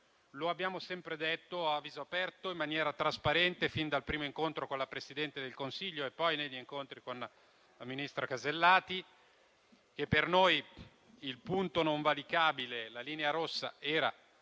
Abbiamo sempre detto a viso aperto, in maniera trasparente, fin dal primo incontro con la Presidente del Consiglio e poi negli incontri con la ministra Alberti Casellati, che per noi il punto non valicabile, la linea rossa, era